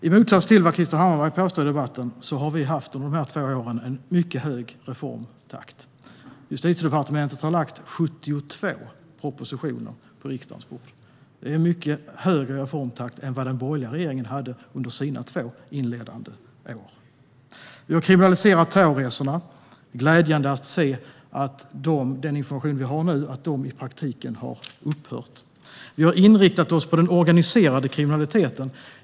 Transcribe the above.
I motsats till vad Krister Hammarbergh påstod i debatten har vi under dessa två år haft en mycket hög reformtakt. Justitiedepartementet har lagt fram 72 propositioner på riksdagens bord. Det är en mycket högre reformtakt än vad den borgerliga regeringen hade under sina två inledande år. Vi har kriminaliserat terrorresorna. Det är glädjande att den information vi har nu är att de i praktiken har upphört. Vi har inriktat oss på den organiserade kriminaliteten.